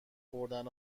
خوردن